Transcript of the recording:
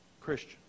Christian